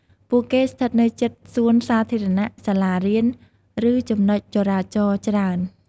ពួកគេស្ថិតនៅជិតសួនសាធារណៈ សាលារៀន ឬចំណុចចរាចរណ៍ច្រើន។